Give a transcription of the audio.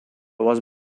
was